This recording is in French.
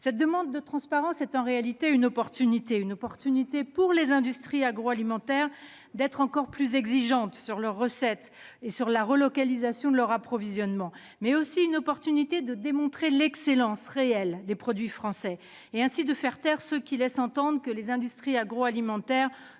certaines applications numériques, représente en réalité une opportunité pour les industries agroalimentaires d'être plus exigeantes encore sur leurs recettes et la relocalisation de leur approvisionnement. Elle constitue aussi une opportunité de démontrer l'excellence réelle des produits français et ainsi de faire taire ceux qui laissent entendre que les industries agroalimentaires